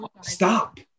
Stop